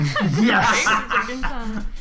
Yes